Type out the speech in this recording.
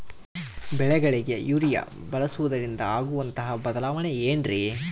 ಬೆಳೆಗಳಿಗೆ ಯೂರಿಯಾ ಬಳಸುವುದರಿಂದ ಆಗುವಂತಹ ಬದಲಾವಣೆ ಏನ್ರಿ?